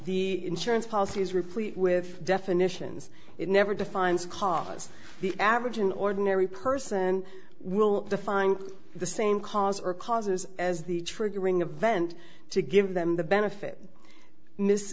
the insurance policy is replete with definitions it never defines cause the average an ordinary person will define the same cause or causes as the triggering event to give them the benefit mis